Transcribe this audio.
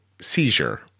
seizure